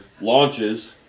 launches